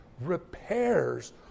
Repairs